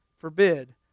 forbid